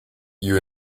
you